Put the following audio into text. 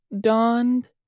dawned